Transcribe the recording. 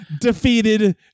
defeated